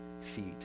feet